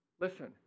Listen